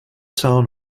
town